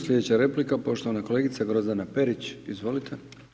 Slijedeća replika poštovana kolegica Grozdana Perić, izvolite.